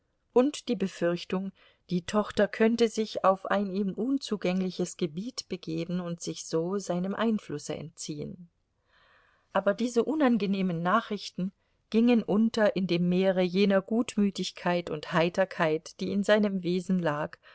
und die befürchtung die tochter könnte sich auf ein ihm unzugängliches gebiet begeben und sich so seinem einflusse entziehen aber diese unangenehmen nachrichten gingen unter in dem meere jener gutmütigkeit und heiterkeit die in seinem wesen lag